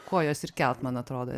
kojos ir kelt man atrodo